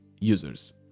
users